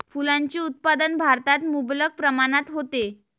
फुलांचे उत्पादन भारतात मुबलक प्रमाणात होते